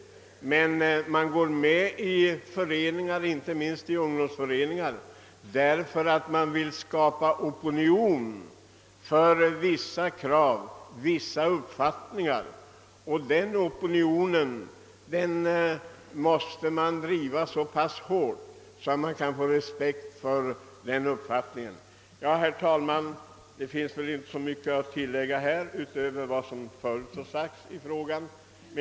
Men man går med i föreningar, inte minst i ungdomsföreningar, därför att man vill skapa opinion för vissa krav och vissa uppfattningar, och den opinionen måste man driva så hårt att man kan vinna respekt för sin uppfattning. Herr talman! Det finns väl inte så mycket att tillägga här utöver vad som förut har sagts i frågan.